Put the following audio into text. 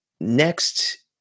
next